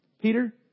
Peter